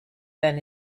than